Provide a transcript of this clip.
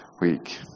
week